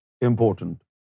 important